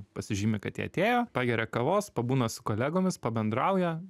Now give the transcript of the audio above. pasižymi kad jie atėjo pageria kavos pabūna su kolegomis pabendrauja